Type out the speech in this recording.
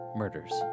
murders